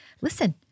listen